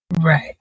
Right